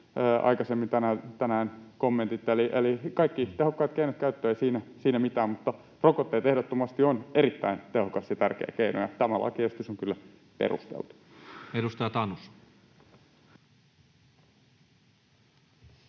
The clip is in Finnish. aikaisemmin tänään kommentit. Eli kaikki tehokkaat keinot käyttöön, ei siinä mitään. Rokote ehdottomasti on erittäin tehokas ja tärkeä keino, ja tämä lakiesitys on kyllä perusteltu. Edustaja Tanus.